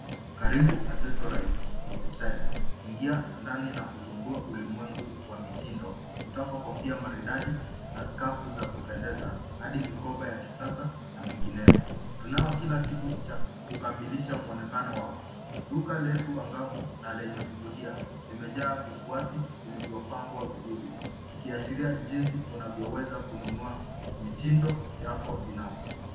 Karibu Accessorize with style . Ingia ndani na ugundue ulimwengu wa mitindo kutoka kofia maridadi na sakafu za kupendeza hadi mikoba ya kisasa na mengineyo. Tunao kila kiti cha kukamilisha mwonekano wako. Duka letu angavu na lenye kuvutia limejaa vikwasi vilivyopangwa vizuri vikiashiria jinsi unavyoweza kununua mitindo yako binafsi.